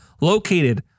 located